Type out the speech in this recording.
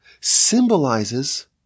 symbolizes